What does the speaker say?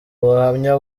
ubuhamya